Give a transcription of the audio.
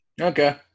okay